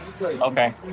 Okay